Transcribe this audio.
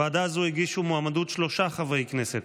לוועדה זו הגישו מועמדות שלושה חברי כנסת: